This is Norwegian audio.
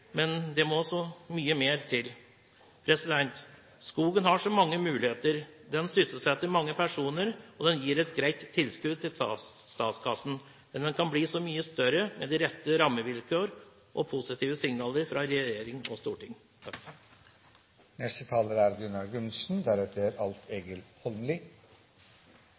men det må også mye mer til. Skogen har så mange muligheter. Den sysselsetter mange personer, og den gir et greit tilskudd til statskassen, men den kan bli så mye større med de rette rammevilkår og positive signaler fra regjering og storting.